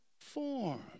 form